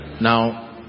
Now